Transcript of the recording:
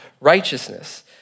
righteousness